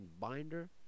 binder